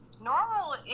Normal